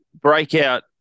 breakout